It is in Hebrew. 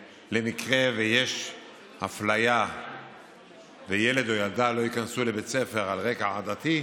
במקרה שיש אפליה וילד או ילדה לא ייכנסו לבית הספר על רקע עדתי,